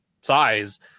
size